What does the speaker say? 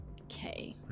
Okay